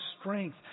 strength